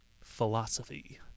Philosophy